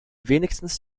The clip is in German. wenigstens